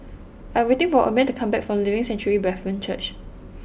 I am waiting for Omer to come back from Living Sanctuary Brethren Church